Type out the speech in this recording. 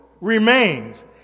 remains